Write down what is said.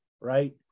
Right